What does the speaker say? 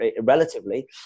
relatively